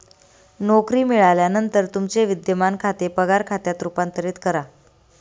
नोकरी मिळाल्यानंतर तुमचे विद्यमान खाते पगार खात्यात रूपांतरित करा